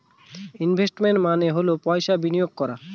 investment মানে হল পয়সা বিনিয়োগ করা